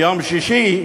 ביום שישי,